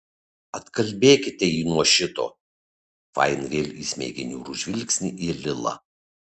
atkalbėkite jį nuo šito fain vėl įsmeigė niūrų žvilgsnį į lilą